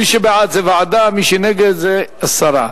מי שבעד זה ועדה, מי שנגד זה הסרה.